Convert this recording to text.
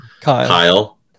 Kyle